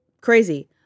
crazy